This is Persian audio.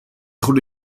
خورده